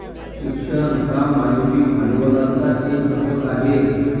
शिक्षण हा मानवी भांडवलाचा एक घटक आहे